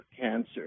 cancer